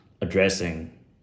Addressing